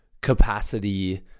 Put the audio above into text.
capacity